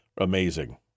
Amazing